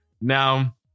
Now